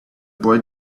boy